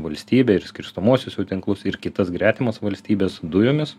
valstybę ir skirstomuosius jų tinklus ir kitas gretimas valstybes dujomis